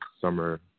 summer